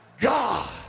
god